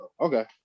okay